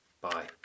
Bye